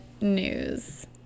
news